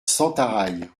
sentaraille